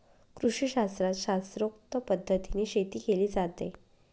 कृषीशास्त्रात शास्त्रोक्त पद्धतीने शेती केली जाते